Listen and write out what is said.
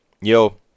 Yo